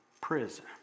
prison